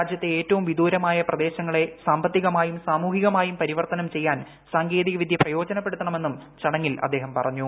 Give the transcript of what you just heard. രാജ്യത്തെ ഏറ്റവും വിദൂരമായ പ്രദേശങ്ങളെ സാമ്പത്തികമായും സാമൂഹികമായും പരിവർത്തനം ചെയ്യാൻ സാങ്കേതികവിദ്യ പ്രയോജനപ്പെടുത്തണ മെന്നും ചടങ്ങിൽ അദ്ദേഹം പറഞ്ഞു